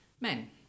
men